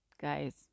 guys